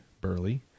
Burley